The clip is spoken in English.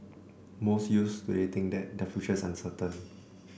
most youths today think that their future is uncertain